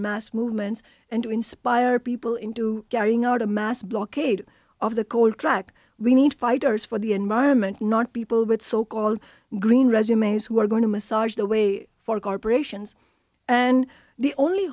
mass movements and to inspire people into carrying out a mass blockade of the cold track we need fighters for the environment not people with so called green resumes who are going to massage the way for corporations and the only